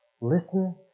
listen